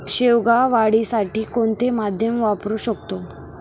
शेवगा वाढीसाठी कोणते माध्यम वापरु शकतो?